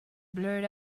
blurt